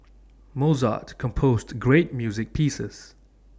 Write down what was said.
Mozart composed great music pieces